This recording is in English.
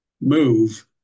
move